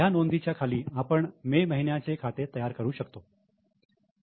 ह्या नोंदी च्या खाली आपण मे महिन्याचे खाते तयार करू शकतो